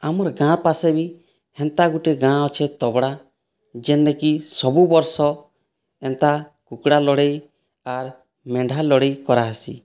ଆମର୍ ଗାଁ ପାସେ ବି ହେନ୍ତା ଗୋଟିଏ ଗାଁ ଅଛେ ତଗଡ଼ା ଯେନ୍ନେକି ସବୁ ବର୍ଷ ଏନ୍ତା କୁକୁଡ଼ା ଲଢ଼ାଇ ଆର୍ ମେଣ୍ଢା ଲଢ଼ାଇ କରାହେସି